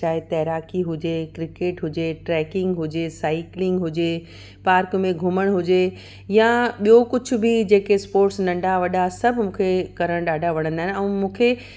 चाहे तैराकी हुजे क्रिकेट हुजे ट्रैकिंग हुजे साइकिलिंग हुजे पार्क में घुमणु हुजे या ॿियो कुझु बि जेके स्पोर्ट्स नंढा वॾा सभु मूंखे करणु ॾाढा वणंदा आहिनि ऐं मूंखे